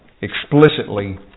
explicitly